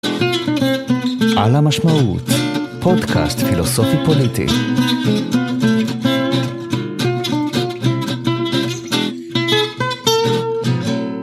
על המשמעות פודקאסט פילוסופי פוליטי.